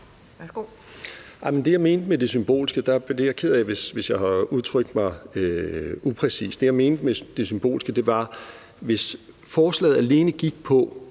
Justitsministeren (Nick Hækkerup): Jeg er ked af, hvis jeg har udtrykt mig upræcist. Det, jeg mente med det symbolske, var, hvis forslaget alene gik på,